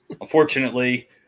unfortunately